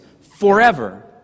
forever